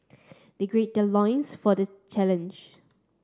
they greed their loins for this challenge